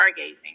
stargazing